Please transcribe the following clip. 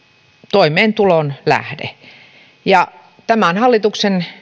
toimeentulon lähde tämän hallituksen